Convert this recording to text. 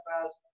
fast